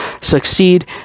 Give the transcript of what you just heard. succeed